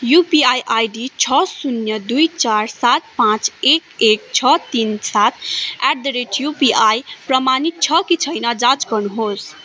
यो UPI ID छ शून्य दुई चार सात पाँच एक एक छ तिन सात एट द रेट युपिआई प्रमाणित छ कि छैन जाँच गर्नु होस्